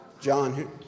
John